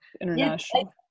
International